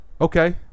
Okay